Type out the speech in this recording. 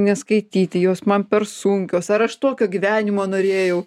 neskaityti jos man per sunkios ar aš tokio gyvenimo norėjau